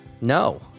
No